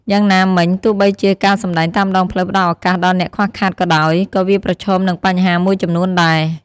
យ៉ាងណាមិញ ទោះបីជាការសម្ដែងតាមដងផ្លូវផ្តល់ឱកាសដល់អ្នកខ្វះខាតក៏ដោយ ក៏វាប្រឈមនឹងបញ្ហាមួយចំនួនដែរ។